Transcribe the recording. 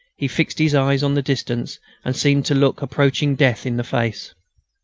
he fixed his eyes on the distance and seemed to look approaching death in the face.